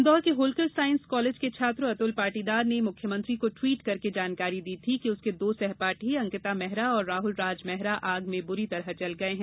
इंदौर के Holkar science college के छात्र अतुल पाटीदार ने मुख्यमंत्री को टवीट करके जानकारी दी थी कि उसके दो सहपाठी अंकित मेहरा और राहुल राज मेहरा आग में बुरी तरह जल गए हैं